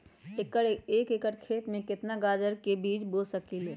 एक एकर खेत में केतना गाजर के बीज बो सकीं ले?